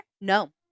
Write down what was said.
No